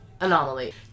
anomaly